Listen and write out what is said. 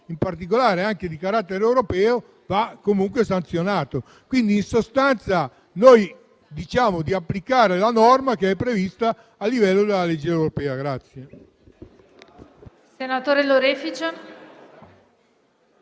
in particolare di carattere europeo, va comunque sanzionato. In sostanza chiediamo di applicare la norma che è prevista a livello della legge europea.